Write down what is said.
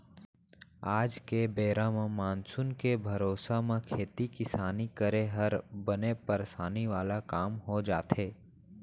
आज के बेरा म मानसून के भरोसा म खेती किसानी करे हर बने परसानी वाला काम हो जाथे